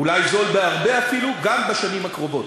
אולי זול בהרבה אפילו גם בשנים הקרובות.